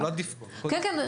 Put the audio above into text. לא עדיף קודם --- כן, כן,